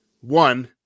One